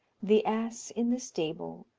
the ass in the stable,